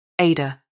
Ada